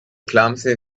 clumsy